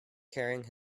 carrying